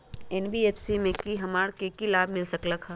NBFC से हमार की की लाभ मिल सक?